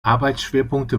arbeitsschwerpunkte